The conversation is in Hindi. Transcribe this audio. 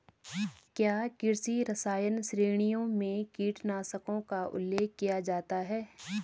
क्या कृषि रसायन श्रेणियों में कीटनाशकों का उल्लेख किया जाता है?